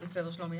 בסדר, שלומי.